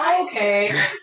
Okay